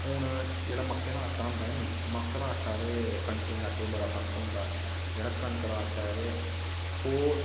हून जेह्ड़ा मक्कें दा आटा होंदा नि मक्क दा आटा ते कनकें दे आटे च बड़ा फर्क होंदा जेह्ड़ा कनक दा आटा ऐ ते ओह्